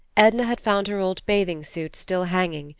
edna had found her old bathing suit still hanging,